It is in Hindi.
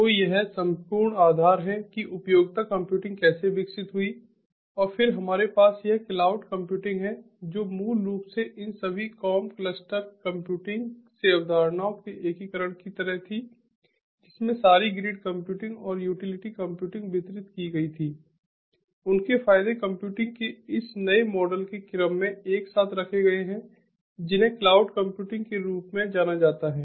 तो यह संपूर्ण आधार है कि उपयोगिता कंप्यूटिंग कैसे विकसित हुई और फिर हमारे पास यह क्लाउड कंप्यूटिंग है जो मूल रूप से इन सभी कॉम क्लस्टर कंप्यूटिंग से अवधारणाओं के एकीकरण की तरह थी जिसमें सॉरी ग्रिड कंप्यूटिंग और यूटिलिटी कंप्यूटिंग वितरित की गई थी उनके फायदे कंप्यूटिंग के इस नए मॉडल के क्रम में एक साथ रखे गए हैं जिन्हें क्लाउड कंप्यूटिंग के रूप में जाना जाता है